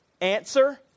Answer